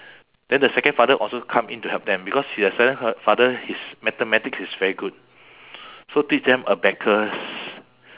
then the second father also come in to help them because the second fa~ father his mathematics is very good so teach them abacus